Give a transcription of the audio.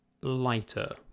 lighter